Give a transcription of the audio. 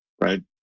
right